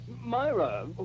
Myra